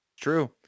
true